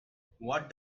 what